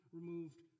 removed